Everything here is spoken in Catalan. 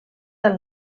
del